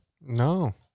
No